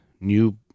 new